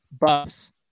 BUFFS